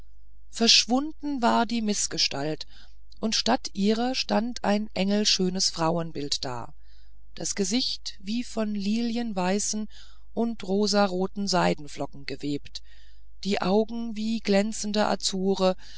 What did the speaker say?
verschwunden war die mißgestalt und statt ihrer stand ein engelschönes frauenbild da das gesicht wie von lilienweißen und rosaroten seidenflocken gewebt die augen wie glänzende azure